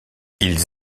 ils